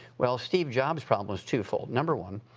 well, steve jobs' problem was twofold. number one,